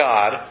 God